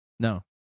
No